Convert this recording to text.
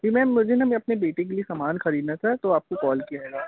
जी ma'am मुझे ना मैं अपने बेटे के लिए सामान खरीदना था तो आपको कॉल किया हैगा